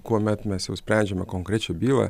kuomet mes jau sprendžiame konkrečią bylą